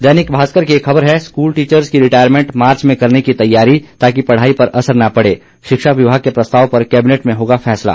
दैनिक भारकर की एक खबर है स्कूल टीचर्स की रिटारयमैंट मार्च में करने की तैयारी ताकि पढ़ाई पर असर ना पड़े शिक्षा विभाग के प्रस्ताव पर कैबिनेट में होगा फैसला